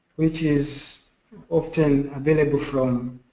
which is often available from